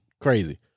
crazy